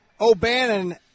O'Bannon